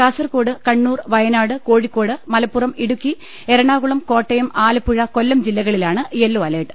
Kasaragod Kannur Wayanad Kozhikode Malappuram Idukki Ernakulam Kottayam Alappuzha Kollam ജില്ലകളിലാണ് yellow alert